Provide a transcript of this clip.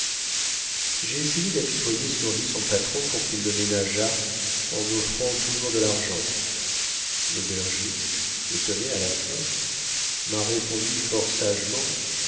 j'ai essayé d'apitoyer sur lui son patron pour qu'il le ménageât en offrant toujours de l'argent l'aubergiste étonné à la fin m'a répondu fort sagement